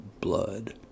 blood